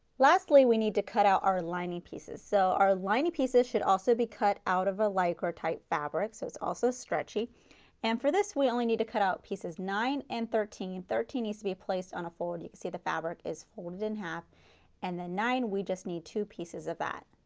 lastly we need to cut out our lining so our lining pieces should also be cut out of a lycra type fabric, so it's also stretchy and for this we only need to cut out pieces nine and thirteen. thirteen needs to be placed on a fold, you see the fabric is folded in half and the nine, we just need two pieces of that.